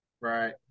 Right